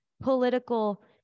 political